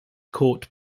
court